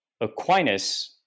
Aquinas